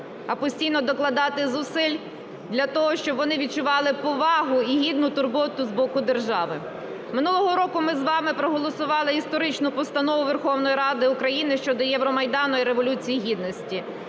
а постійно докладати зусиль для того, щоб вони відчували повагу і гідну турботу з боку держави. Минулого року ми з вами проголосували історичну Постанову Верховної Ради України щодо Євромайдану і Революції Гідності.